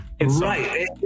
Right